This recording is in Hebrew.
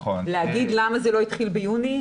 להגיד למה זה לא התחיל ביוני?